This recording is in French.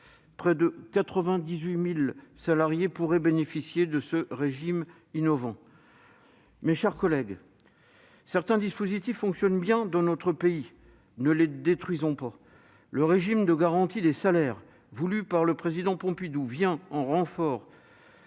près de 98 000 salariés pourraient en bénéficier. Mes chers collègues, certains dispositifs fonctionnent bien dans notre pays. Ne les détruisons pas ! Le régime de garantie des salaires, voulu par le président Pompidou, vient en renfort